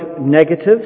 negatives